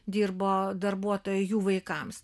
dirbo darbuotojai jų vaikams